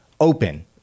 open